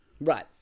right